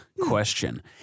question